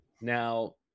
Now